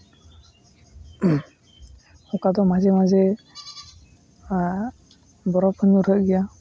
ᱚᱠᱟ ᱫᱚ ᱢᱟᱡᱷᱮ ᱢᱟᱡᱷᱮ ᱵᱚᱨᱚᱯ ᱧᱩᱨᱦᱟᱹᱜ ᱜᱮᱭᱟ